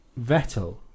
Vettel